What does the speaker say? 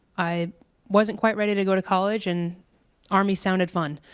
i wasn't quite ready to go to college and army sounded fun.